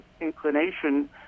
inclination